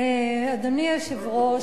אדוני היושב-ראש,